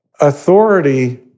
authority